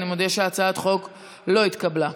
מודיעה שהצעת החוק לא התקבלה.